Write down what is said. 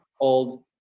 old